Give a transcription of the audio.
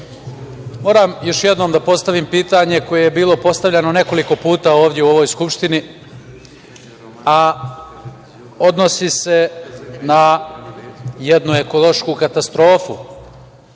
moram još jednom da postavim pitanje koje je bilo postavljano nekoliko puta ovde u ovoj Skupštini, a odnosi se na jednu ekološku katastrofu. Naravno